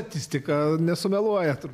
statistika nesumeluojant